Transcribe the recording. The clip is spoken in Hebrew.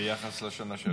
ביחס לשנה שעברה?